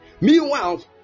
Meanwhile